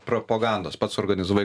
propagandos pats suorganizavai